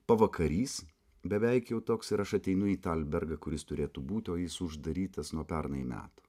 pavakarys beveik jau toks ir aš ateinu į talbergą kur jis turėtų būt o jis uždarytas nuo pernai metų